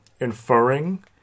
inferring